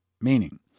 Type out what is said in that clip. meaning